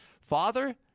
Father